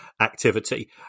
activity